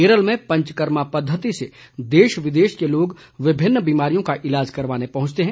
केरल में पंचकर्मा पद्धति से देश विदेश के लोग विभिन्न बीमारियों का इलाज कराने पहुंचते हैं